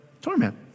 torment